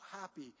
happy